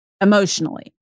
emotionally